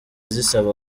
zisaba